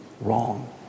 wrong